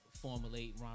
formulate